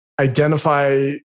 identify